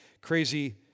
crazy